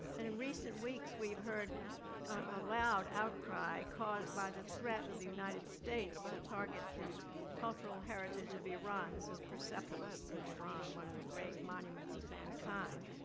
and in recent weeks we've heard a loud outcry caused by the threat of the united states to target the cultural heritage of iran. this is persepolis in iran, one of the great monuments of mankind.